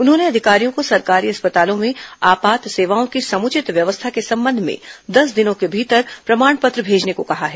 उन्होंने अधिकारियों को सरकारी अस्पतालों में आपात सेवाओं की समुचित व्यवस्था के संबंध में दस दिनों के भीतर प्रमाण पत्र भेजने को कहा है